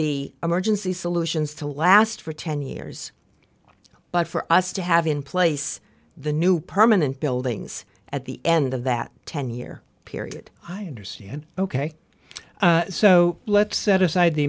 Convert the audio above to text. the emergency solutions to last for ten years but for us to have in place the new permanent buildings at the end of that ten year period i understand ok so let's set aside the